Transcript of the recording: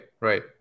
right